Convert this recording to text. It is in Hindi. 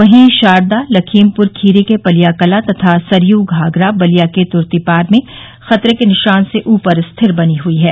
वहीं शारदा लखीमपुर खीरी के पलियाकलां तथा सरयू घाघरा बलिया के तुर्तीपार में खतरे के निशान से ऊपर स्थिर बनी हुई है